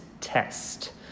Test